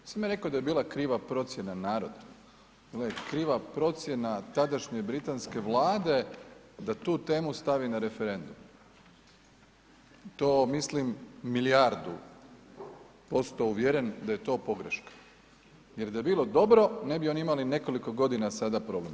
Nisam ja rekao da je bila kriva procjena naroda, bila je kriva procjena tadašnje britanske vlade da tu temu stavi na referendum i to mislim milijardu posto uvjeren da je to pogreška jer da je bilo dobro ne bi oni imali nekoliko godina sada problem.